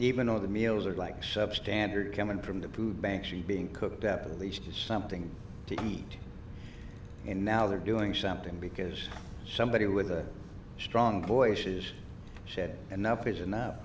even though the meals are like substandard coming from the food banks and being cooked up at least something to eat and now they're doing something because somebody with a strong voices said enough is enough